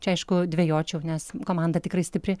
čia aišku dvejočiau nes komanda tikrai stipri